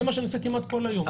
זה מה שאני עושה כמעט כל היום,